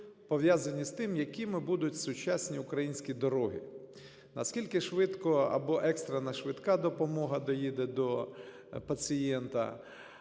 пов'язані з тим, якими будуть сучасні українські дороги, наскільки швидко або екстрена швидка допомога доїде до пацієнта,